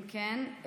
אם כן,